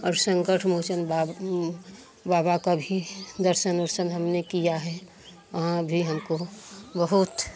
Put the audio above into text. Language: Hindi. और संकट मोचन बाब बाबा का भी दर्शन ओर्सन हमने किया है वहाँ भी हमको बहुत